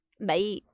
Bye